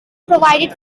provided